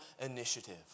initiative